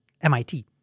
MIT